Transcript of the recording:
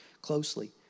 closely